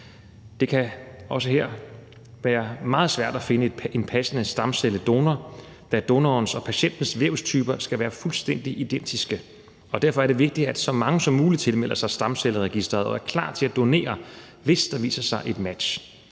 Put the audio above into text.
Det kan også her være meget svært at finde en passende stamcelledonor, da donorens og patientens vævstyper skal være fuldstændig identiske, og derfor er det vigtigt, at så mange som muligt tilmelder sig stamcelleregisteret og er klar til at donere, hvis der viser sig et match.